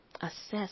assess